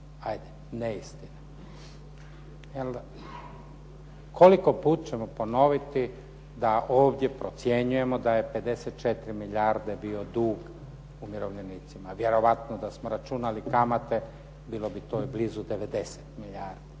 daju neistine. Koliko puta ćemo ponoviti da ovdje procjenjujemo da 54 milijarde bio dug umirovljenicima. Vjerojatno da smo računali kamate bilo bi to blizu 90 milijardi.